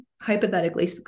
hypothetically